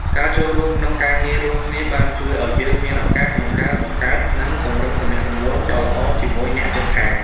ការចូលរួមក្នុងការងាររួមគ្នាបានជួយឲ្យយើងមានឱកាសក្នុងការបង្កើតនិងពង្រឹងទំនាក់ទំនងដ៏ល្អជាមួយអ្នកជិតខាង។